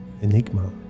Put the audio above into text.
enigma